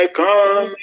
come